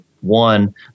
one